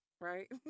right